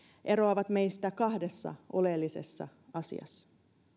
eroavat meistä kahdessa oleellisessa asiassa